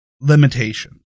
limitation